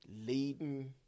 leading